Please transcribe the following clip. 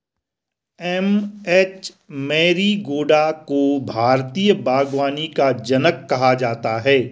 M H Marigowda को भारतीय बागवानी का जनक कहा जाता है